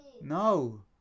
No